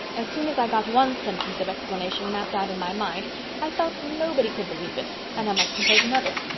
as soon as i got one sentence of explanation mapped out in my mind i felt nobody could believe it and i must compose another.